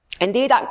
Indeed